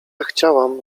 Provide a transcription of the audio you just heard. chciałam